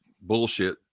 bullshit